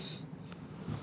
santa cruz